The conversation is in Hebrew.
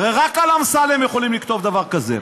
הרי רק על אמסלם יכולים לכתוב דבר כזה.